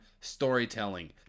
storytelling